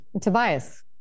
Tobias